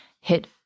hit